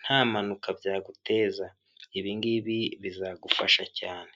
nta mpanuka byaguteza, ibi ngibi bizagufasha cyane.